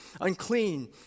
unclean